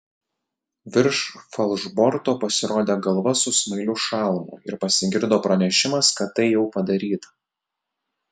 virš falšborto pasirodė galva su smailiu šalmu ir pasigirdo pranešimas kad tai jau padaryta